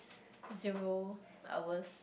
zero I was